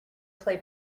play